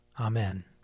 Amen